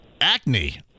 acne